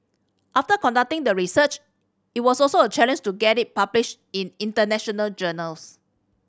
after conducting the research it was also a challenge to get it published in international journals